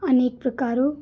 अनेक प्रकारों